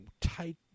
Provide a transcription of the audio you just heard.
Tight